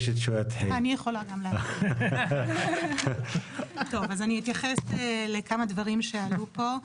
טוב, אז אני אתייחס לכמה דברים שעלו פה.